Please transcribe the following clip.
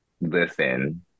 listen